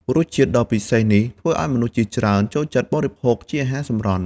រសជាតិដ៏ពិសេសនេះធ្វើឲ្យមនុស្សជាច្រើនចូលចិត្តបរិភោគជាអាហារសម្រន់។